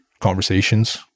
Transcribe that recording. conversations